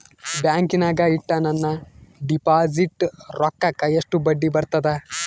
ಬ್ಯಾಂಕಿನಾಗ ಇಟ್ಟ ನನ್ನ ಡಿಪಾಸಿಟ್ ರೊಕ್ಕಕ್ಕ ಎಷ್ಟು ಬಡ್ಡಿ ಬರ್ತದ?